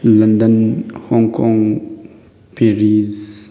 London Hong Kong Paris